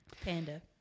Panda